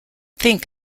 think